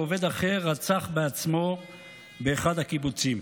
ועובד אחר רצח בעצמו באחד הקיבוצים.